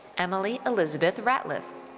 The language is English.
emily elizabeth ratliff.